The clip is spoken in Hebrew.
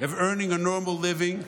earning a normal living,